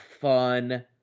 fun